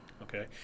Okay